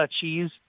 Cheese